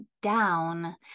down